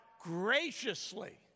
graciously